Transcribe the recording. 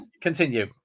Continue